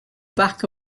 back